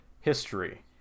history